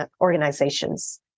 organizations